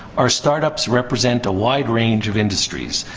our startups represent a wide range of industries.